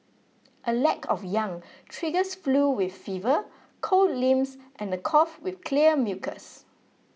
a lack of yang triggers flu with fever cold limbs and a cough with clear mucus